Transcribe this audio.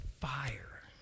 fire